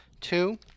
Two